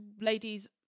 ladies